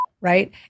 right